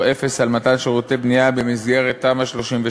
אפס על מתן שירותי בנייה במסגרת תמ"א 38,